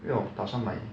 因为我打算买